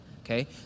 okay